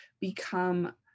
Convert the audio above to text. become